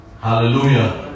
Hallelujah